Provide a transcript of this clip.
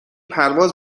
پرواز